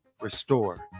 restore